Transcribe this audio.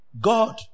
God